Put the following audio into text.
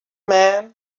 man